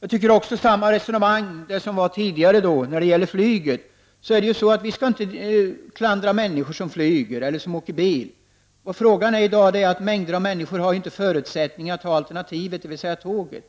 När det gäller flyget skall vi inte klandra människor som flyger eller som åker bil. Många människor har i dag inte möjlighet att utnyttja alternativet, dvs. tåget.